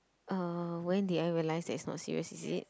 uh when did I realise that it's not serious is it